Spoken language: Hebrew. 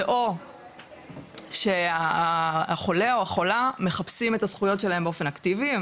זה או שהחולה או החולה מחפשים את הזכויות שלהם באופן אקטיבי,